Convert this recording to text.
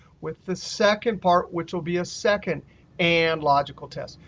with the second part, which will be a second and logical test.